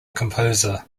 composer